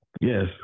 Yes